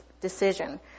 decision